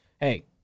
hey